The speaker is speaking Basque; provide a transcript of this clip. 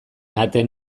ahateen